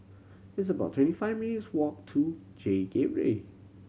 it's about twenty five minutes' walk to J Gateway